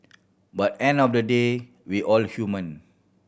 but on the end of the day we all human